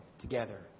together